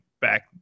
back